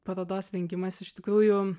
parodos rengimas iš tikrųjų